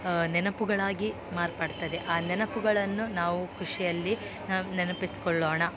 ನೆನಪುಗಳಾಗಿ ಮಾರ್ಪಡ್ತದೆ ಆ ನೆನಪುಗಳನ್ನು ನಾವು ಖುಷಿಯಲ್ಲಿ ನಾವು ನೆನಪಿಸಿಕೊಳ್ಳೋಣ